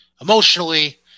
emotionally